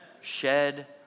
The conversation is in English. shed